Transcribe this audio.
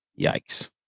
Yikes